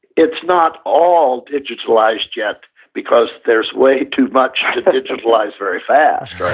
it's not all digitalized yet because there's way too much to digitalize very fast,